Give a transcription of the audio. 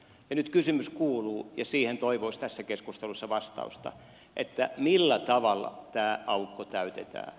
nyt kysymys kuuluu ja siihen toivoisi tässä keskustelussa vastausta millä tavalla tämä aukko täytetään